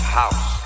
house